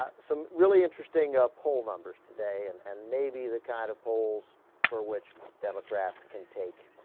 ah some really interesting up poll numbers today and and maybe the kind of polls for which democrats can take